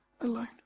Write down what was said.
alone